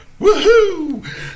Woohoo